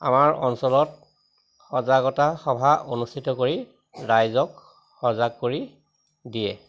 আমাৰ অঞ্চলত সজাগতা সভা অনুষ্ঠিত কৰি ৰাইজক সজাগ কৰি দিয়ে